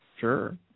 Sure